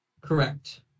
Correct